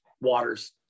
waters